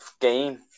game